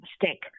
mistake